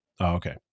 Okay